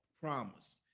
promise